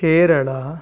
Kerala